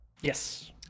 Yes